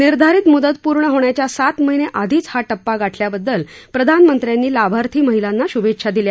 निर्धारित मुदत पूर्ण होण्याच्या सात महिने आधीच हा टप्पा गाठल्याबददल पंतप्रधानांनी लाभार्थी महिलांना श्भेच्छा दिल्या